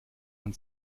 man